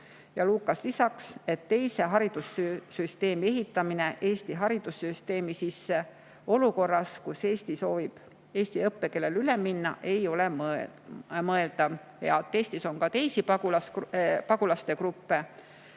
Lukas lisas, et teise haridussüsteemi ehitamine Eesti haridussüsteemi sisse olukorras, kus Eesti soovib eesti õppekeelele üle minna, ei ole mõeldav. Eestis on ka teisi pagulaste gruppe,